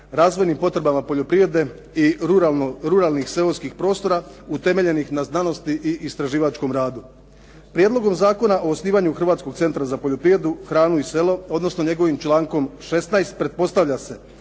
razvojnim potrebama poljoprivrede i ruralnih seoskih prostora utemeljenih na znanosti i istraživačkom radu. Prijedlogom zakona o osnivanju Hrvatskog centra za poljoprivredu, hranu i selo, odnosno njegovim člankom 16. pretpostavlja se